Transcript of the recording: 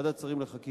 ועדת השרים לחקיקה,